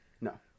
No